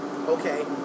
Okay